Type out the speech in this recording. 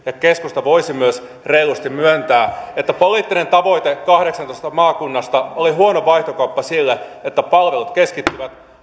keskusta voisi myös reilusti myöntää että poliittinen tavoite kahdeksastatoista maakunnasta oli huono vaihtokauppa sille että palvelut keskittyvät